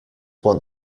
want